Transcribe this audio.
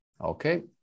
Okay